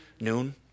Noon